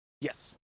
Yes